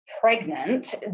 pregnant